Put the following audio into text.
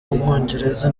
w’umwongereza